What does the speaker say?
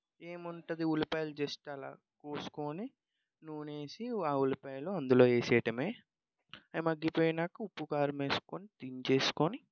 ఏముంటుంది ఉల్లిపాయలు జస్ట్ అలా కోసుకోని నూనే వేసి ఆ ఉల్లిపాయలు అందులో వేసేయడమే అయి మగ్గిపోయినాక ఉప్పు కారం వేసుకోని దించి వేసుకోని